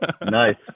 nice